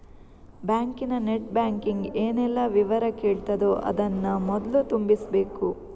ಬ್ಯಾಂಕಿನ net banking ಏನೆಲ್ಲ ವಿವರ ಕೇಳ್ತದೋ ಅದನ್ನ ಮೊದ್ಲು ತುಂಬಿಸ್ಬೇಕು